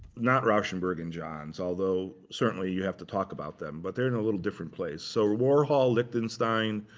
not rauschenberg and johns, although certainly you have to talk about them. but they're in a little different place. so warhol, lichtenstein,